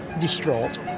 distraught